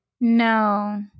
No